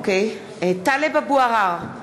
(קוראת בשמות חברי הכנסת) טלב אבו עראר,